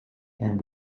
and